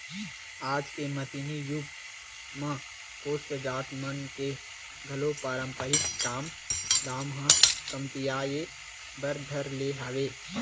आज के मसीनी जुग म कोस्टा जात मन के घलो पारंपरिक काम धाम ह कमतियाये बर धर ले हवय